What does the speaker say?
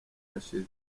yashize